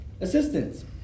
assistance